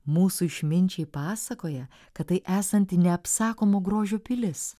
mūsų išminčiai pasakoja kad tai esanti neapsakomo grožio pilis